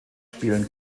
spielen